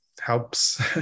Helps